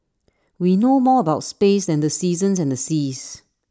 we know more about space than the seasons and the seas